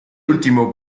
último